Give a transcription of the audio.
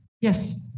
Yes